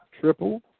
triple